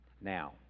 Now